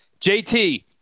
JT